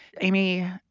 Amy